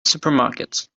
supermarket